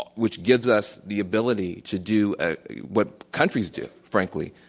which gives us the ability to do ah what countries do, frankly.